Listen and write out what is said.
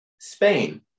Spain